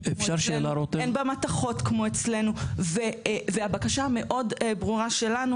אין בה מתכות כמו אצלנו והבקשה המאוד ברורה שלנו